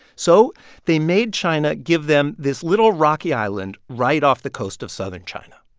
so they made china give them this little rocky island right off the coast of southern china,